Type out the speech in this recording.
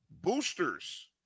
boosters